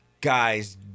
guys